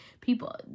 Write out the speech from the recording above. People